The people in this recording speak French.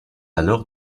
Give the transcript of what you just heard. alors